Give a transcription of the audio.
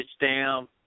down